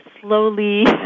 slowly